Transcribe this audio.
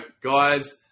guys